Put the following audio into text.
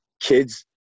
kids